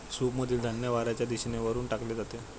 सूपमधील धान्य वाऱ्याच्या दिशेने वरून टाकले जाते